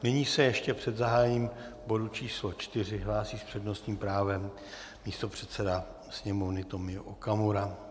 Nyní se ještě před zahájením bodu číslo 4 hlásí s přednostním právem místopředseda Sněmovny Tomio Okamura.